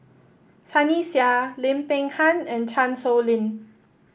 Sunny Sia Lim Peng Han and Chan Sow Lin